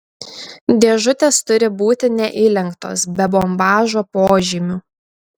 dėžutės turi būti neįlenktos be bombažo požymių